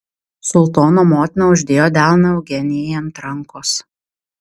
sultono motina uždėjo delną eugenijai ant rankos